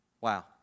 Wow